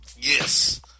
Yes